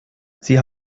sie